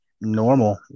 normal